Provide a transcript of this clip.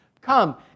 come